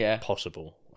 possible